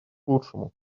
лучшему